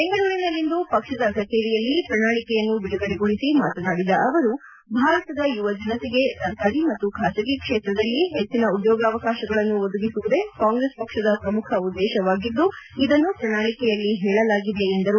ಬೆಂಗಳೂರಿನಲ್ಲಿಂದು ಪಕ್ಷದ ಕಚೇರಿಯಲ್ಲಿ ಪ್ರಣಾಳಿಕೆಯನ್ನು ಬಿಡುಗಡೆಗೊಳಿಸಿ ಮಾತನಾಡಿದ ಅವರುಭಾರತದ ಯುವ ಜನತೆಗೆ ಸರ್ಕಾರಿ ಮತ್ತು ಖಾಸಗಿ ಕ್ಷೇತ್ರದಲ್ಲಿ ಹೆಚ್ಚಿನ ಉದ್ಯೋಗಾವಕಾಶಗಳನ್ನು ಒದಗಿಸುವುದೇ ಕಾಂಗ್ರೆಸ್ ಪಕ್ಷದ ಪ್ರಮುಖ ಉದ್ದೇಶವಾಗಿದ್ದು ಇದನ್ನು ಪ್ರಣಾಳಿಕೆಯಲ್ಲಿ ಹೇಳಲಾಗಿದೆ ಎಂದರು